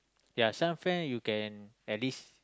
ya some friend you can at least